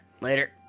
Later